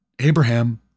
Abraham